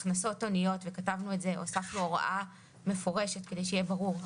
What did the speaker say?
והוספנו הוראה מפורשת כדי שיהיה ברור,